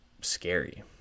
scary